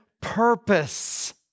purpose